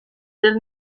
del